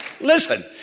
listen